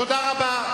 תודה רבה.